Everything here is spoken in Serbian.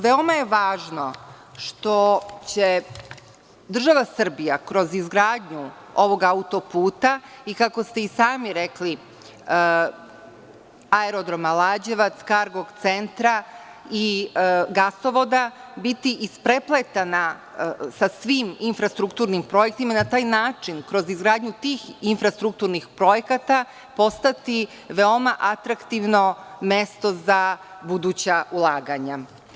Veoma je važno što će država Srbija kroz izgradnju ovog auto puta, i kako ste i sami rekli aerodroma Lađevaca, kargo centra, i gasovoda biti isprepletana sa svim infrastrukturnim projektima i na taj način kroz izgradnju tih infrastrukturnih projekata postati veoma atraktivno mesto za buduća ulaganja.